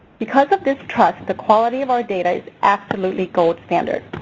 because of this trust, the quality of our data is absolutely gold standard.